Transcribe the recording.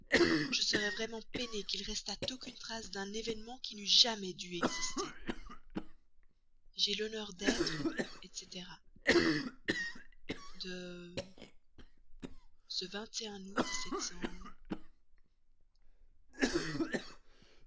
je serais vraiment peinée qu'il restât aucune trace d'un événement qui n'eût jamais dû exister j'ai l'honneur d'être etc de